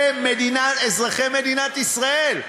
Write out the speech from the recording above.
זה אזרחי מדינת ישראל.